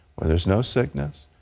where there is no sickness,